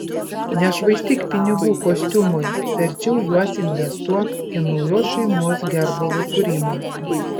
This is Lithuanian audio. nešvaistyk pinigų kostiumui verčiau juos investuok į naujos šeimos gerbūvio kūrimą